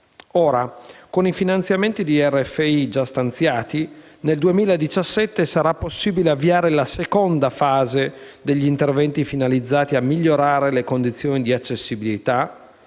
Ora, con i finanziamenti di RFI già stanziati, nel 2017 sarà possibile avviare la seconda fase degli interventi finalizzati a migliorare le condizioni di accessibilità,